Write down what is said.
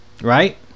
Right